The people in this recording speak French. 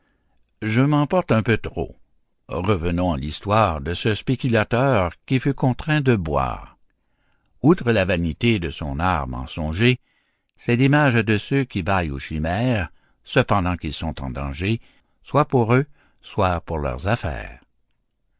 je m'emporte un peu trop revenons à l'histoire de ce spéculateur qui fut contraint de boire outre la vanité de son art mensonger c'est l'image de ceux qui bâillent aux chimères ce pendant qu'ils sont en danger soit pour eux soit pour leurs affaires